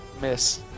miss